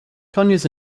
conyers